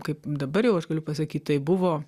kaip dabar jau aš galiu pasakyt tai buvo